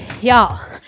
y'all